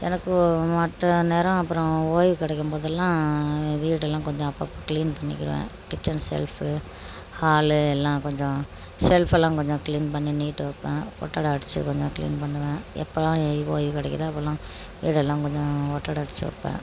எனக்கு மற்ற நேரம் அப்புறம் ஓய்வு கிடைக்கும் போதெல்லாம் வீடெல்லாம் கொஞ்சம் அப்பப்போ க்ளீன் பண்ணிக்குவேன் கிட்சன் ஷெல்ஃப் ஹால் எல்லாம் கொஞ்சம் ஷெல்ஃபெல்லாம் கொஞ்சம் க்ளீன் பண்ணி நீட்டாக வைப்பேன் ஒட்டடை அடித்து கொஞ்சம் க்ளீன் பண்ணுவேன் எப்பெல்லாம் ஒய்வு கிடைக்குதோ அப்போல்லாம் வீடெல்லாம் கொஞ்சம் ஒட்டடை அடித்து வைப்பேன்